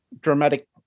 dramatic